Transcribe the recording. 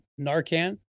Narcan